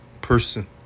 person